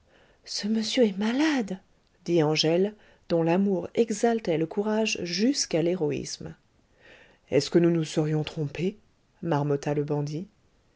ce monsieur est malade dit angèle dont l'amour exaltait le courage jusqu'à l'héroïsme est-ce que nous nous serions trompés marmotta le bandit